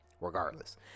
regardless